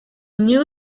knew